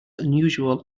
unusual